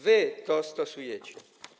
Wy to stosujecie.